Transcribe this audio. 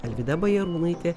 alvyda bajarūnaitė